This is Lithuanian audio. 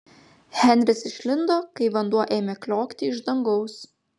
henris išlindo kai vanduo ėmė kliokti iš dangaus